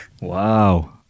Wow